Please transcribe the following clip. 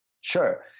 Sure